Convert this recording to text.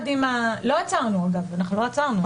לא עצרנו, אגב, לא עצרנו.